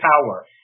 power